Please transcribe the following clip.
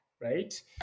right